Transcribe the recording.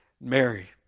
Mary